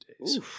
days